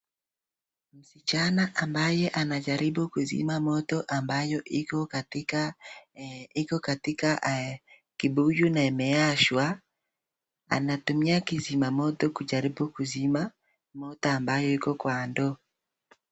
Msichana ambaye anajaribu kuzima moto ambayo iko katika kibuyu na imeashwa. Anatumia kizima moto kujaribu kuzima ambayo iko kwa ndoo.